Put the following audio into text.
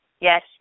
Yes